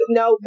no